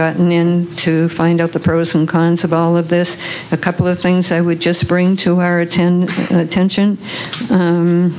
gotten in to find out the pros and cons of all of this a couple of things i would just bring to our attention tension